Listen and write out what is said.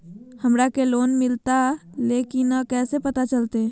हमरा के लोन मिलता ले की न कैसे पता चलते?